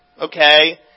okay